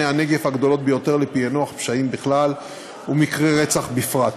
הנגף הגדולות ביותר לפענוח פשעים בכלל ומקרי רצח בפרט.